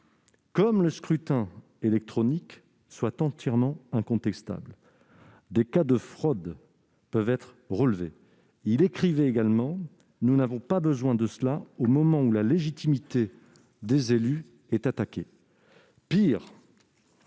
comme le scrutin électronique, soit entièrement incontestable. Des cas de fraude peuvent être relevés. » Le même a également écrit :« Nous n'avons pas besoin de cela, au moment où la légitimité des élus est attaquée.